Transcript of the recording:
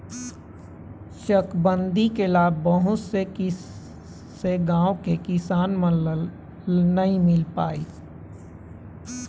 चकबंदी के लाभ बहुत से गाँव के किसान मन ल नइ मिल पाए हे